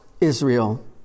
Israel